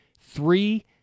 Three